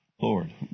Lord